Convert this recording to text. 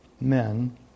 men